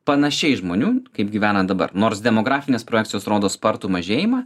panašiai žmonių kaip gyvena dabar nors demografinės projekcijos rodo spartų mažėjimą